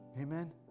Amen